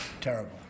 terrible